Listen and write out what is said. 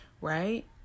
right